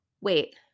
Wait